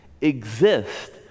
exist